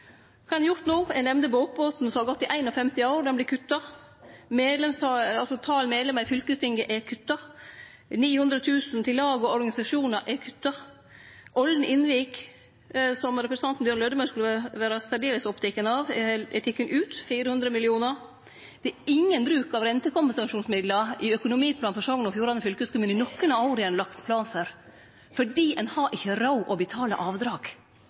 Kva har ein gjort no? Eg nemnde bokbåten, som har gått i 51 år – han vert kutta. Talet på medlemmar i fylkestinget er kutta. 900 000 kr til lag og organisasjonar er kutta. Olden–Innvik, som representanten Bjørn Lødemel skulle vere særdeles oppteken av, er teken ut, 400 mill. kr. Det er ingen bruk av rentekompensasjonsmidlar i økonomiplanen for Sogn og Fjordane fylkeskommune i nokon av dei åra ein har lagt plan for, for ein har ikkje råd til å betale avdrag.